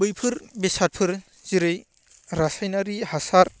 बैफोर बेसादफोर जेरै रासायनारि हासार